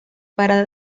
parada